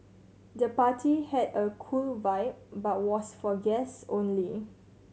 the party had a cool vibe but was for guests only